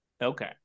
Okay